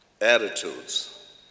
attitudes